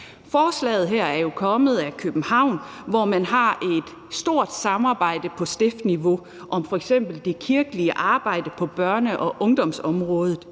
jo kommet på baggrund af København, hvor man har et stort samarbejde på stiftsniveau om f.eks. det kirkelige arbejde på børne- og ungdomsområdet